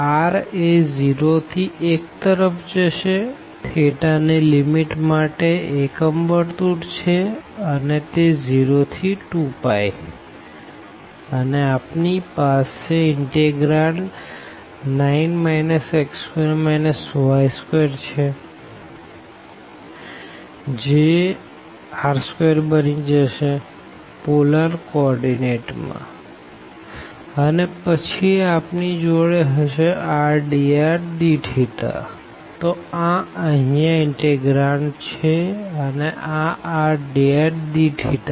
તો r એ 0 થી 1 તરફ જશે થેટા ની લીમીટ માટે એકમ સર્કલ છે અને તે 0 થી 2πઅને આપણી પાસે ઇનટેગ્રાંડ 9 x2 y2 છે જે r2બની જશે પોલર કો ઓર્ડીનેટમાં અને પછી આપણી જોડે હશે r dr dθતો આ અહિયાં ઇનટેગ્રાંડ છે અને આ r dr dθ